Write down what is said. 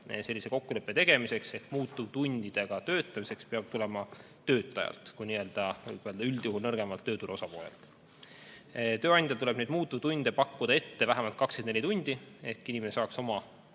sellise kokkuleppe tegemiseks ehk muutuvtundidega töötamiseks peab tulema töötajalt kui üldjuhul nii-öelda nõrgemalt tööturu osapoolelt. Tööandjal tuleb muutuvtunde pakkuda ette vähemalt 24 tundi, et inimene saaks oma